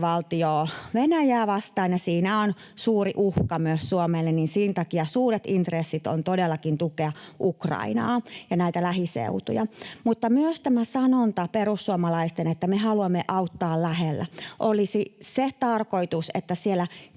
Venäjää vastaan, ja siinä on suuri uhka myös Suomelle. Sen takia suuret intressit on todellakin tukea Ukrainaa ja näitä lähiseutuja. Mutta myös tämän perussuomalaisten sanonnan, että me haluamme auttaa lähellä, tarkoitus olisi, että siellä